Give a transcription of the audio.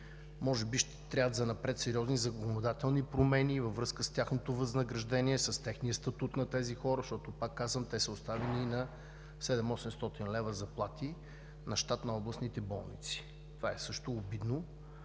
Може би ще трябват занапред сериозни законодателни промени във връзка с тяхното възнаграждение, с техния статут, защото, пак казвам, те са оставени на 700 – 800 лв. заплати на щат на областните болници. Това също е обидно